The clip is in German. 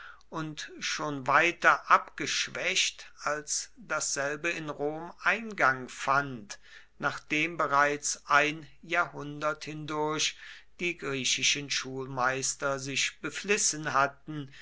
und schon weiter abgeschwächt als dasselbe in rom eingang fand nachdem bereits ein jahrhundert hindurch die griechischen schulmeister sich beflissen hatten